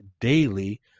daily